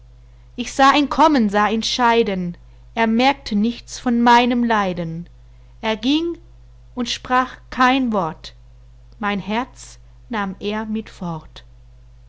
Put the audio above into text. ich sah ihn kommen sah ihn scheiden er merkte nichts von meinen leiden er ging und sprach kein wort mein herz nahm er mit fort